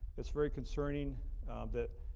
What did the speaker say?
it's very concerning that